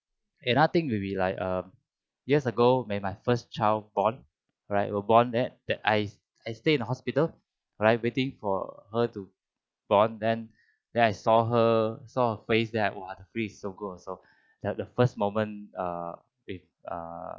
another thing will be like um years ago when my first child born right were born at the I I stay in hospital alright waiting for her to born then then I saw her saw her face that !wah! the feeling is so good also that the first moment err if err